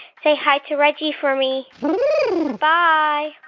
say hi to reggie for me bye